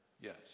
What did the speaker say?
Yes